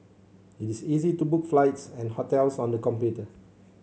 it is easy to book flights and hotels on the computer